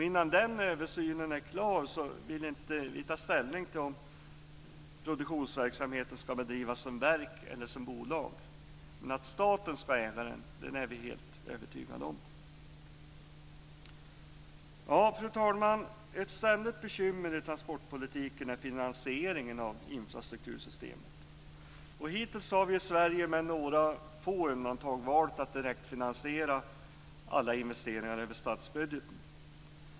Innan den översynen är klar vill vi inte ta ställning till om produktionsverksamheten ska bedrivas i verksform eller i bolagsform. Att staten ska vara ägaren är vi dock helt övertygade om. Fru talman! Ett ständigt bekymmer i transportpolitiken är finansieringen av infrastruktursystemet. Hittills har vi i Sverige med några få undantag valt att direktfinansiera alla investeringar över statsbudgeten.